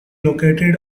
located